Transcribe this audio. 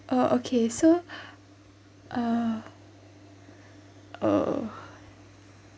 oh okay so uh uh